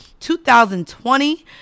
2020